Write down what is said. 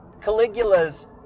Caligula's